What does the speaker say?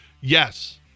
Yes